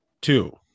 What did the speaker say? Two